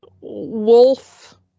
Wolf